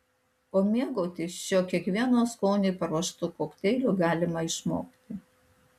o mėgautis šiuo kiekvieno skoniui paruoštu kokteiliu galima išmokti